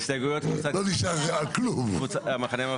הסתייגויות קבוצת "יש עתיד".